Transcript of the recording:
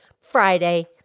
Friday